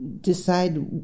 decide